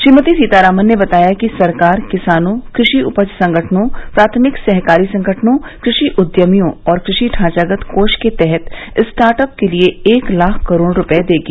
श्रीमती सीतारामन ने बताया कि सरकार किसानों कृषि उपज संगठनों प्राथमिक सहकारी संगठनों कृषि उद्यमियों और कृषि ढांचागत कोष के तहत स्टार्टअप के लिए एक लाख करोड़ रूपये देगी